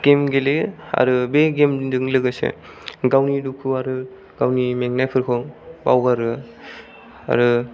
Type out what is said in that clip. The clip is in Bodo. गेम गेलेयो आरो बे गेम जों लोगोसे गावनि दुखु आरो गावनि मेंनायफोरखौ बावगारो आरो